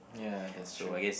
ya that's true